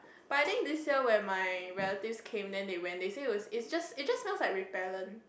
but I think this year when my relatives came then they went they say it was it just it just smells like repellent